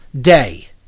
day